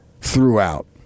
throughout